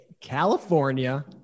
california